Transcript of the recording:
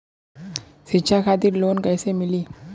शिक्षा खातिर लोन कैसे मिली?